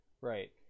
Right